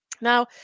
Now